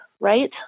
right